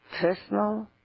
personal